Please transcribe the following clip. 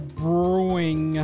brewing